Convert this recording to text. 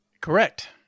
correct